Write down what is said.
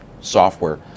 software